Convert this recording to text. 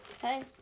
hey